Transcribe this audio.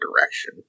direction